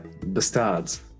Bastards